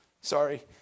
sorry